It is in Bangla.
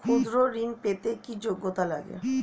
ক্ষুদ্র ঋণ পেতে কি যোগ্যতা লাগে?